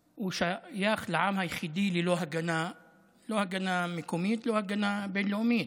ששייך לעם היחיד ללא הגנה מקומית וללא הגנה בין-לאומית.